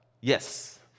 yes